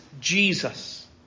Jesus